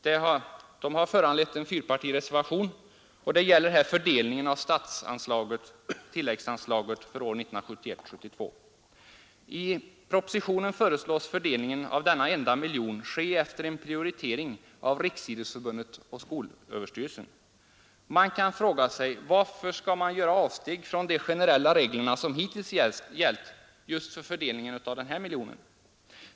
Dessa motioner har föranlett en fyrpartireservation, och det gäller här fördelningen av tilläggsanslaget för 1971/72. I propositionen föreslås fördelningen av denna enda miljon ske efter en prioritering av Riksidrottsförbundet och skolöverstyrelsen. Man kan fråga sig varför man skall göra ett avsteg från de generella reglerna som hittills har gällt just för fördelningen av den här miljonen.